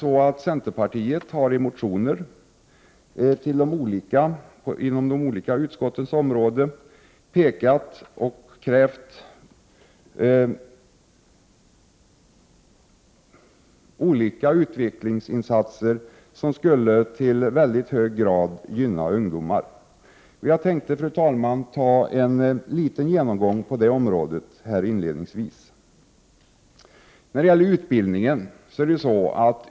Däremot har centerpartiet i motioner som rör de olika utskottens områden pekat på och krävt olika utvecklingsinsatser som i mycket hög grad skulle gynna ungdomar. Fru talman! Inledningsvis avser jag att göra en liten genomgång av dessa områden.